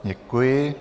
Děkuji.